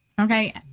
Okay